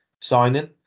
signing